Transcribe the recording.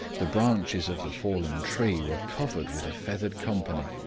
the branches of the fallen tree were covered with a feathered company,